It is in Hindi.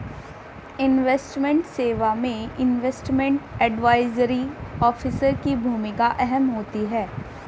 इन्वेस्टमेंट सेवा में इन्वेस्टमेंट एडवाइजरी ऑफिसर की भूमिका अहम होती है